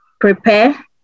Prepare